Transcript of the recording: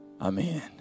Amen